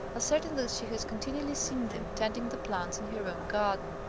asserting that she has continually seen them tending the plants in her own garden.